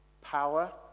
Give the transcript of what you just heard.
power